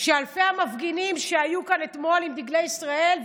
שאלפי המפגינים שהיו כאן אתמול עם דגלי ישראל,